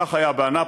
כך היה באנאפוליס,